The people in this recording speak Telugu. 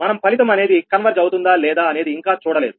మనం ఫలితం అనేది కన్వెర్జ్ అవుతుందా లేదా అనేది ఇంకా చూడలేదు